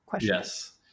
yes